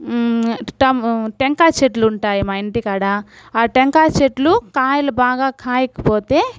టమే టెంకాయ చెట్లు ఉంటాయి మా ఇంటికాడ ఆ టెంకాయ చెట్లు కాయలు బాగా కాయకపోతే